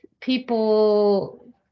people